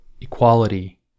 equality